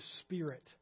spirit